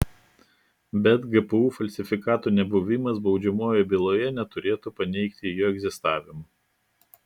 bet gpu falsifikato nebuvimas baudžiamojoje byloje neturėtų paneigti jo egzistavimo